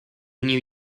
new